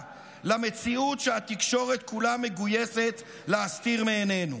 למציאות שהתקשורת כולה מגויסת להסתיר מעינינו,